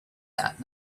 that